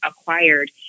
acquired